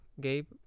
Gabe